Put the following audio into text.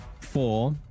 Four